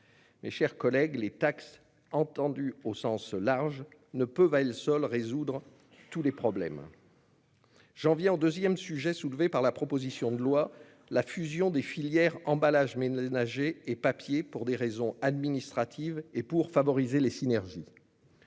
Mes chers collègues, les « taxes », entendues au sens large, ne peuvent à elles seules résoudre tous les problèmes. J'en viens au deuxième sujet soulevé par la proposition de loi : la fusion des filières emballages ménagers et papier pour des raisons administratives et pour favoriser les synergies.